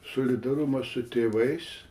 solidarumas su tėvais